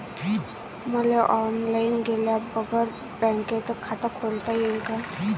मले ऑनलाईन गेल्या बगर बँकेत खात खोलता येईन का?